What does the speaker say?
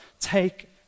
take